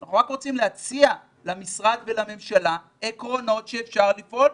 אנחנו רק רוצים להציע למשרד ולממשלה עקרונות שאפשר לפעול.